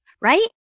right